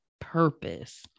purpose